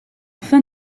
fin